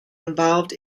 involved